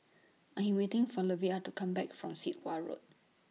I'm waiting For Levar to Come Back from Sit Wah Road